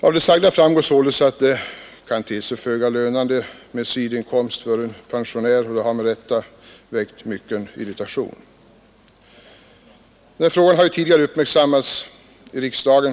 Av det sagda framgår således att det kan te sig föga lönande med sidoinkomster för en pensionär. Detta har med rätta väckt mycken irritation. Denna fråga har tidigare uppmärksammats i riksdagen.